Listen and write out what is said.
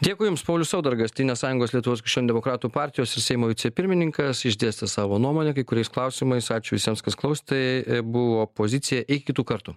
dėkui jums paulius saudargas tėvynės sąjungos lietuvos krikščionių demokratų partijos ir seimo vicepirmininkas išdėstė savo nuomonę kai kuriais klausimais ačiū visiems kas klaus tai buvo pozicija iki kitų kartų